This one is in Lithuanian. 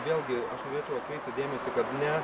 vėlgi aš norėčiau atkreipti dėmesį kad ne